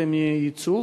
והם יצאו,